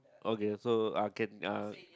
okay so uh can uh